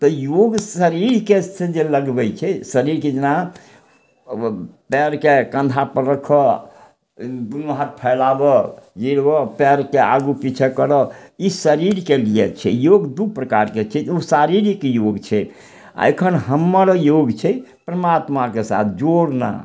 तऽ योग शरीरके से जे लगबय छै शरीरके जेना पयरके कन्धापर रखऽ दुन्नू हाथ फैलाबऽ गिरबऽ पयरके आगू पीछे करऽ ई शरीरके लिए छै योग दू प्रकारके होइ छै ओ शारीरिक योग छै आओर एखन हमर योग छै परमात्माके साथ जोड़ना